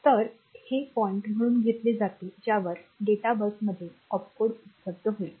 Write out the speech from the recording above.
तर हे पॉईंट म्हणून घेतले जाते ज्यावर डेटा बसमध्ये ऑपकोड उपलब्ध होईल